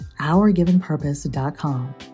OurGivenPurpose.com